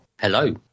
Hello